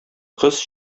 кыз